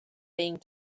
being